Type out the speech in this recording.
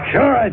Sure